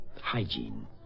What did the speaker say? Hygiene